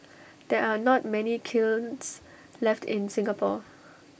there are not many kilns left in Singapore